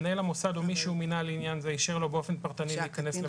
מנהל המוסד או מי שהוא מינה לעניין זה אישר לו באופן פרטני להיכנס.